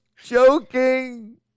Joking